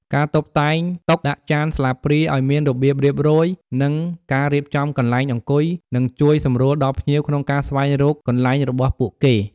ការតុបតែងតុ ដាក់ចានស្លាបព្រាឲ្យមានរបៀបរៀបរយ និងការរៀបចំកន្លែងអង្គុយ នឹងជួយសម្រួលដល់ភ្ញៀវក្នុងការស្វែងរកកន្លែងរបស់ពួកគេ។